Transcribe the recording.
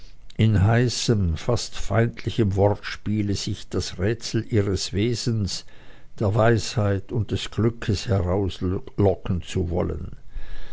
in heißem fast feindlichem wortspiele sich das rätsel ihres wesens der weisheit und des glückes herauslocken zu wollen